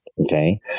okay